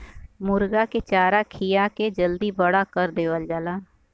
मुरगा के चारा खिया के जल्दी बड़ा कर देवल जाला